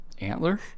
Antler